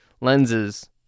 lenses